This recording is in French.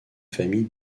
famille